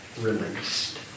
released